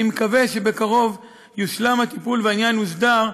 אני מקווה שבקרוב יושלם הטיפול והעניין יוסדר,